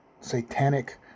satanic